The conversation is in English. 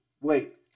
Wait